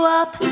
up